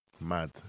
Mad